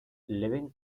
living